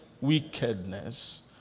wickedness